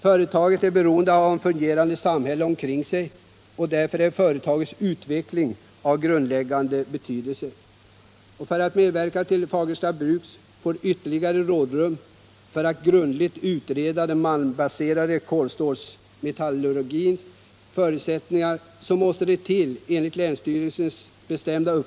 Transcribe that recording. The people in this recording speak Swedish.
Företaget är beroende av att ha ett fungerande samhälle omkring sig, men företagets utveckling har grundläggande betydelse.